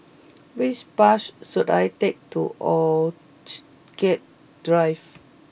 which bus should I take to Orchid get Drive